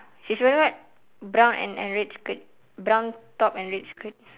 she's wearing what brown and and red skirt brown top and red skirt